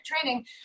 training